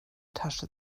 tasche